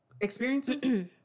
Experiences